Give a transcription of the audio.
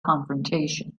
confrontation